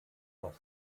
auf